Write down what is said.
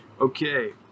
Okay